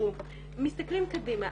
מסתכלים קדימה.